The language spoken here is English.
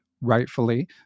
rightfully